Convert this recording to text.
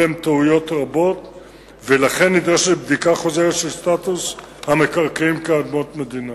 פעולה של צוות שיקל על מתן אישורי בנייה בגדה,